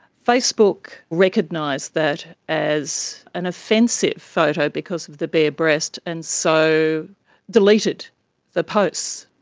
facebook recognised that as an offensive photo because of the bare breast, and so deleted the post.